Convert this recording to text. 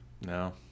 No